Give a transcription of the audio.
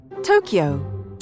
Tokyo